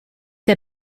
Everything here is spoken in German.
der